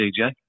DJ